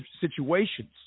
situations